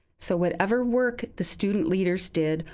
so whatever work the student leaders did,